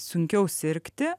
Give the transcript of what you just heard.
sunkiau sirgti